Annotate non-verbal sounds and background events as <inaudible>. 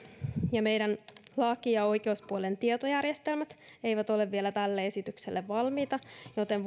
ja meidän laki ja oikeuspuolen tietojärjestelmät eivät ole vielä tälle esitykselle valmiita joten <unintelligible>